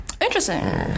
Interesting